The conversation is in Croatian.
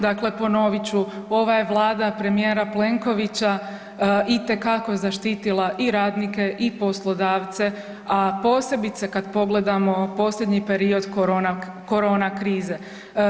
Dakle, ponovit ću, ova je vlada premijera Plenkovića itekako zaštitila i radnike i poslodavce, a posebice kad pogledamo posljednji period korona krize.